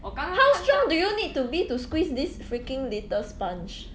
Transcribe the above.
how strong do you need to be to squeeze this freaking little sponge